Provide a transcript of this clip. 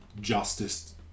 justice